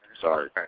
Sorry